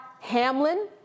Hamlin